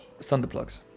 Thunderplugs